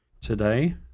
today